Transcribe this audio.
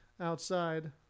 outside